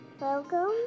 Welcome